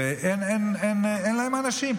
ואין להם אנשים.